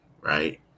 right